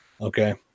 okay